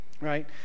right